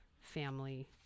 family